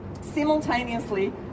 simultaneously